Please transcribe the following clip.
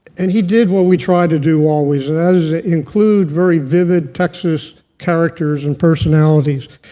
and he did what we try to do always, and that is include very vivid texas characters and personalities.